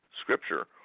scripture